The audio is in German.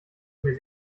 mehr